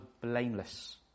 blameless